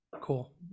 Cool